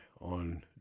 on